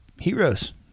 heroes